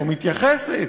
לא מתייחסת.